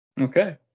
Okay